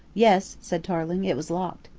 yes, said tarling, it was locked.